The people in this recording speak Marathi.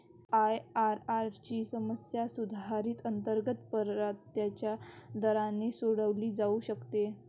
आय.आर.आर ची समस्या सुधारित अंतर्गत परताव्याच्या दराने सोडवली जाऊ शकते